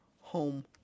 Home